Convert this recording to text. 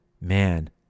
man